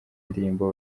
indirimbo